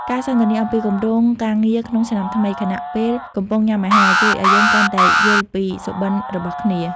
ការសន្ទនាអំពីគម្រោងការងារក្នុងឆ្នាំថ្មី ខណៈពេលកំពុងញ៉ាំអាហារ ជួយឱ្យយើងកាន់តែយល់ពីសុបិនរបស់គ្នា។